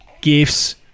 gifts